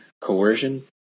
coercion